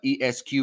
ESQ